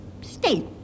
State